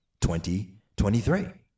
2023